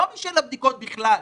לא משל הבדיקות בכלל.